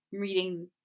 reading